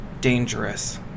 dangerous